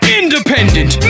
independent